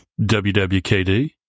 WWKD